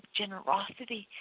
generosity